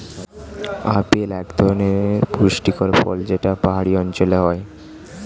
apple এক ধরনের পুষ্টিকর ফল যেটা পাহাড়ি অঞ্চলে হয়